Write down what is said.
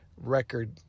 record